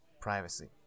privacy